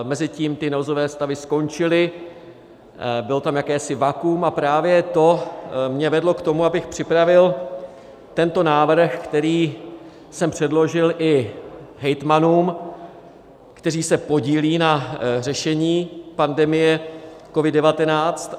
Mezitím ty nouzové stavy skončily, bylo tam jakési vakuum a právě to mě vedlo k tomu, abych připravil tento návrh, který jsem předložil i hejtmanům, kteří se podílejí na řešení pandemie COVID19.